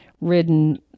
ridden